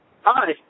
Hi